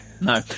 no